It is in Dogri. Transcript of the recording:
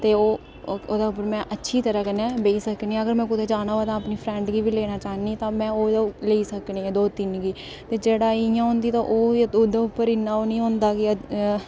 ओह् ओह्दे पर में अच्छी तरह कन्नै बेही सकनी आं ते में कुदै जाना होऐ ते अपनी फ्रौंड गी लेना चाह्न्नी तां में ओह् लेई सकनीं आं दो तिन्न गी ते जेह्ड़ा इं'या होंदी ते ओह्दे पर इन्ना ओह् निं होंदा कि